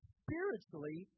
spiritually